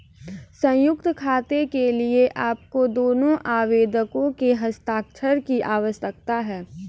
संयुक्त खाते के लिए आपको दोनों आवेदकों के हस्ताक्षर की आवश्यकता है